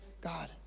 God